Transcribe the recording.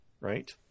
right